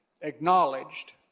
acknowledged